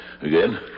again